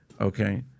okay